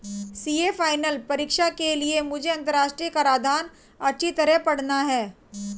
CA final परीक्षा के लिए मुझे अंतरराष्ट्रीय कराधान अच्छी तरह पड़ना है